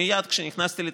מייד כשנכנסתי לתפקיד,